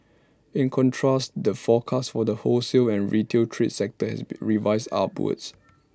in contrast the forecast for the wholesale and retail trade sector has be revised upwards